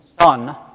Son